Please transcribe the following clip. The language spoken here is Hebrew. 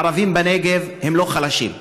הערבים בנגב הם לא חלשים,